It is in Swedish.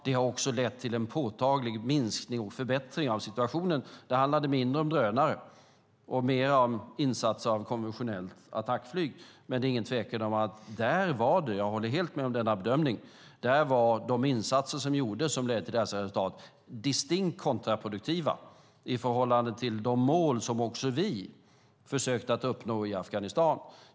Det har också lett till en påtaglig förbättring av situationen. Det handlade mindre om drönare och mer om insatser av konventionellt attackflyg, men det är ingen tvekan om att det var, jag håller helt med om denna bedömning, de insatser som gjordes som ledde till dessa distinkt kontraproduktiva resultat i förhållande till de mål som också vi försökte uppnå i Afghanistan.